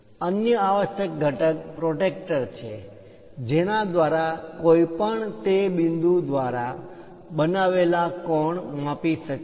અન્ય આવશ્યક ઘટક પ્રોટેક્ટર છે જેના દ્વારા કોઈ પણ તે બિંદુ દ્વારા બનાવેલા કોણ માપી શકે છે